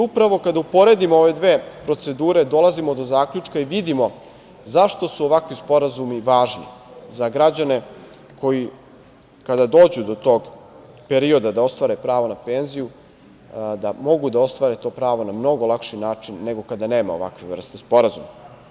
Upravo, kada uporedimo ove dve procedure dolazimo do zaključka i vidimo zašto su ovakvi sporazumi važni za građane koji kada dođu do tog perioda da ostvare pravo na penziju da mogu da ostvare to pravo na mnogo lakši način nego kada nema ovakve vrste sporazuma.